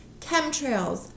chemtrails